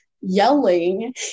yelling